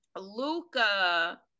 Luca